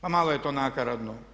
Pa malo je to nakaradno.